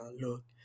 look